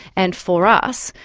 and for us,